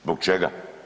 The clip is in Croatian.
Zbog čega?